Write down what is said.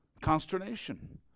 consternation